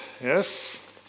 yes